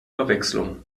verwechslung